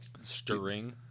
stirring